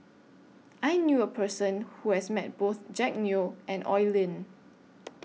I knew A Person Who has Met Both Jack Neo and Oi Lin